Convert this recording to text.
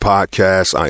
Podcast